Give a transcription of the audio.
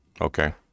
Okay